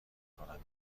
کنم